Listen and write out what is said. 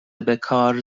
بکار